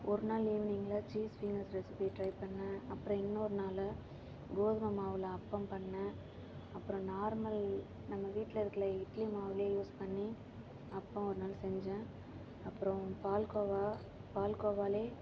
ஒரு நாள் ஈவினிங்கில சீஸ் பிங்கர் ரெசிப்பி ட்ரை பண்ணேன் அப்புறம் இன்னொரு நாள் கோதுமை மாவில் அப்பம் பண்ணேன் அப்புறம் நார்மல் நம்ம வீட்டில இருக்குல இட்லி மாவுலயே யூஸ் பண்ணி அப்பம் ஒரு நாள் செஞ்சேன் அப்புறம் பால்கோவா பால்கோவாலே